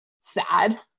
sad